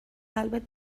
قلبت